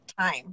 time